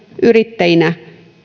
yrittäjinä